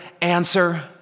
answer